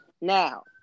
Now